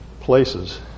places